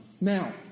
Now